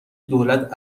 دولت